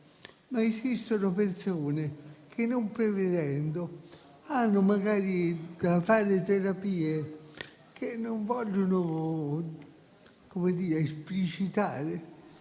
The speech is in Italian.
Esistono però persone che, non prevedendo, hanno magari da fare terapie che non vogliono esplicitare,